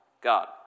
God